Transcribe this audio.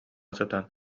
сытан